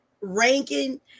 ranking